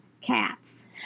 Cats